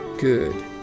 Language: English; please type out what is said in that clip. Good